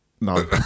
No